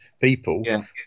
people